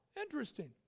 interesting